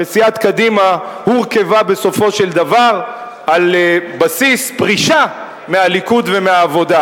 הרי סיעת קדימה הורכבה בסופו של דבר על בסיס פרישה מהליכוד ומהעבודה.